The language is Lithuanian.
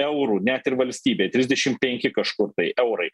eurų net ir valstybei trisdešim penki kažkur tai eurai